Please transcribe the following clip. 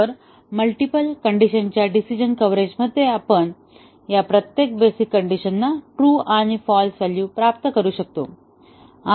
तर मल्टीपल कंडिशनच्या डिसिजन कव्हरेजमध्ये आपण या प्रत्येक बेसिक कंडिशनना ट्रू आणि फाल्स व्हॅल्यू प्राप्त करू देतो